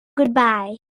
goodbye